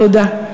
תודה,